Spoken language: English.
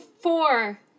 four